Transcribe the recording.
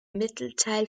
mittelteil